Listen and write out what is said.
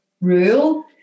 rule